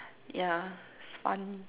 yeah it's fun